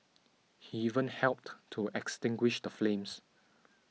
he even helped to extinguish the flames